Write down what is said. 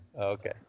Okay